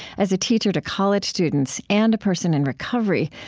as a teacher to college students and a person in recovery,